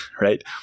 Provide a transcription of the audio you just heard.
right